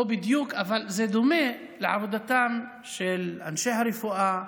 לא בדיוק אבל דומה, לעבודתם של אנשי הרפואה,